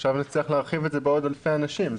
עכשיו נצטרך להרחיב את זה בעוד אלפי אנשים.